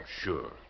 Sure